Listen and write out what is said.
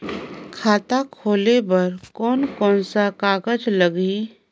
खाता खुले बार कोन कोन सा कागज़ लगही?